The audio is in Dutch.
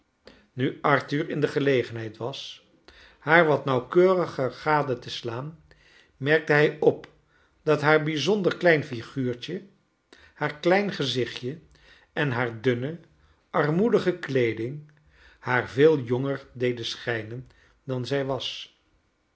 nu arthur in de gelegenheid was haar wat nauwkeuriger gade te slaan merkte hij op dat haar bijzonder klein figuurtje haar klein gezichtje en haar dunne armoedige kleeding haar veei jonger deden schijnen dan zij was